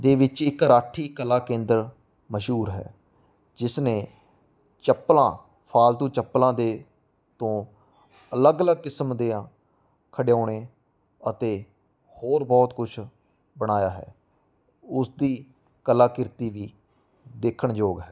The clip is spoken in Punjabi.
ਦੇ ਵਿੱਚ ਇੱਕ ਰਾਖੀ ਕਲਾ ਕੇਂਦਰ ਮਸ਼ਹੂਰ ਹੈ ਜਿਸ ਨੇ ਚੱਪਲਾਂ ਫਾਲਤੂ ਚੱਪਲਾਂ ਦੇ ਤੋਂ ਅਲੱਗ ਅਲੱਗ ਕਿਸਮ ਦੇ ਖਿਡੌਣੇ ਅਤੇ ਹੋਰ ਬਹੁਤ ਕੁਛ ਬਣਾਇਆ ਹੈ ਉਸਦੀ ਕਲਾ ਕਿਰਤੀ ਵੀ ਦੇਖਣ ਯੋਗ ਹੈ